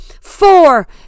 four